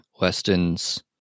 Weston's